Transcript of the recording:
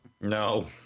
no